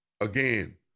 again